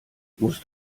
musst